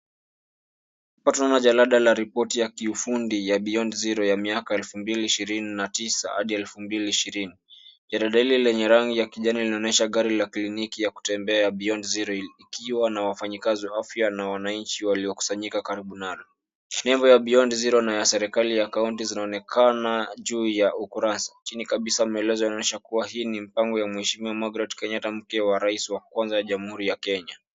Hapa tunaona jalada la ripoti ya kiufundi ya beyond zero ya miaka elfu mbili ishirini na tisa hadi elfu mbili ishirini. Jarada hili lenye rangi ya kijani linaonyesha gari la kliniki ya kutembea ya beyond zero ikiwa na wafanyikazi wa afya na wananchi waliokusanyika karibu nalo. Nembo ya beyond zero na ya serikali ya kaunti zinaonekana juu ya ukurasa. Chini kabisa maelezo yanaonyesha kuwa hii ni mipango ya mheshimiwa Margaret Kenyatta, mke wa rais wa kwanza ya jamhuri ya Kenya.